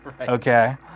okay